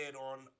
on